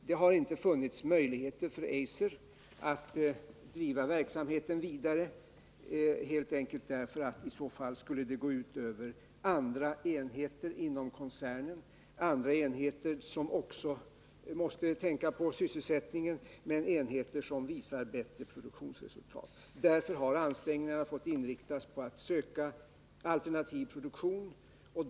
Det har inte funnits möjligheter för Eiser att driva verksamheten vidare, helt enkelt därför att det i så fall skulle gå ut över andra enheter inom koncernen som också måste tänka på sysselsättningen, men enheter som visar bättre produktionsresultat. Därför har ansträngningarna fått inriktas på att söka alternativ produktion.